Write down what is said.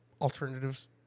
alternatives